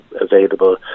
available